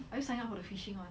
are you sign up for the fishing [one]